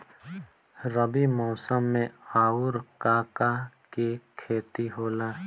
रबी मौसम में आऊर का का के खेती होला?